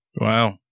wow